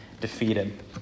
defeated